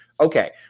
Okay